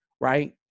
right